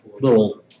little